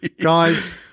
guys